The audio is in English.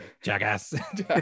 jackass